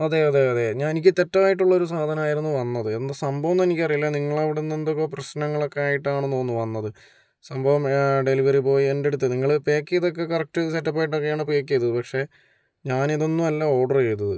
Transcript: അതെ അതെ അതെ ഞാൻ എനിക്ക് തെറ്റായിട്ടുള്ളൊരു സാധനായിരുന്നു വന്നത് എന്താ സംഭവമെന്ന് എനിക്ക് അറിയില്ല നിങ്ങളവിടന്ന് എന്തെക്കെയോ പ്രശ്ങ്ങളൊക്കെ ആയിട്ടാണെന്ന് തോന്നുന്നു വന്നത് സംഭവം ഡെലിവറി ബോയി എൻ്റെടുത്തു നിങ്ങള് പാക്കെയ്തൊക്കെ കറക്ട് സെറ്റപ്പായിട്ടൊക്കേണ് പാക്കേയ്തത് പക്ഷേ ഞാനിതൊന്നുമല്ല ഓഡറെയ്തത്